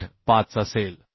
85 असेल